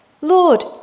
Lord